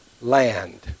land